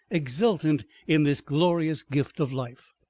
exultant in this glorious gift of life.